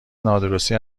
نادرستی